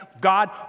God